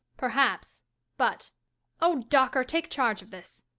perhaps but oh! dawker, take charge of this.